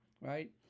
right